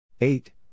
eight